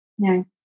Nice